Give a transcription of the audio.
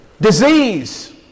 Disease